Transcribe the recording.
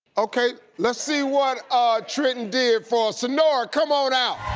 okay. let's see what our trenton did for sinora. come on out.